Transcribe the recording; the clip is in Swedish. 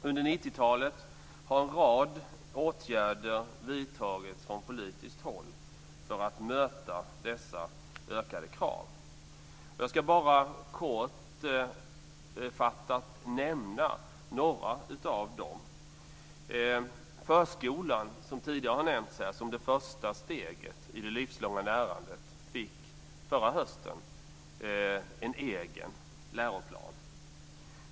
Under 90-talet har en rad åtgärder vidtagits från politiskt håll för att möta dessa ökade krav. Jag ska bara kortfattat nämna några av dem. Förskolan, som tidigare har nämnts här som det första steget i det livslånga lärandet, fick förra hösten en egen läroplan.